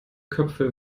köpfe